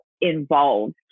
involved